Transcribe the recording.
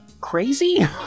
crazy